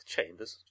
Chambers